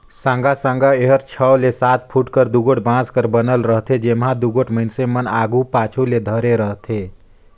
साँगा साँगा एहर छव ले सात फुट कर दुगोट बांस कर बनल रहथे, जेम्हा दुगोट मइनसे मन आघु पाछू ले धरे रहथे